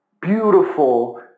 beautiful